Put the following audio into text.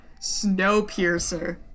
Snowpiercer